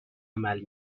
عمل